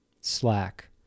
slack